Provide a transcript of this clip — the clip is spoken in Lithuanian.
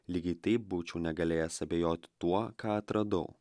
lygiai taip būčiau negalėjęs abejot tuo ką atradau